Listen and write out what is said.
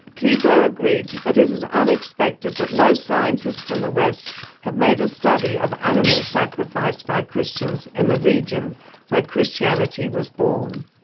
qleibo agreed that is unexpected that no scientists from the west have made a study of animal sacrifice by christians in and the region where christianity was born.